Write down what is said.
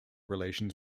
relations